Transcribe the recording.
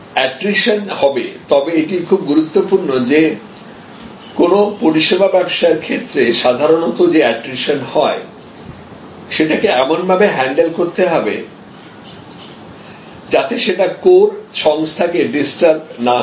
attrition হবে তবে এটি খুব গুরুত্বপূর্ণ যে কোন পরিষেবা ব্যবসায়ের ক্ষেত্রে সাধারণত যে অ্যাট্রিশন হয় সেটাকে এমন ভাবে হ্যান্ডেল করতে হবে যাতে সেটা কোর সংস্থা কে ডিস্টার্ব না করে